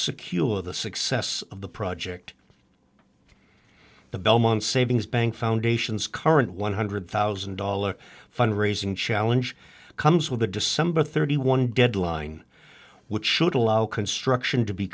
secure the success of the project the belmont savings bank foundation's current one hundred thousand dollar fund raising challenge comes with a december thirty one deadline which should allow construction to be